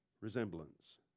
resemblance